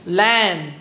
land